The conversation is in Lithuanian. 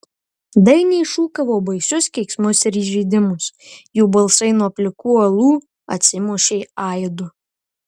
dainiai šūkavo baisius keiksmus ir įžeidimus jų balsai nuo plikų uolų atsimušė aidu